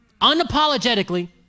unapologetically